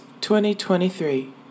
2023